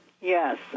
yes